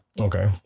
Okay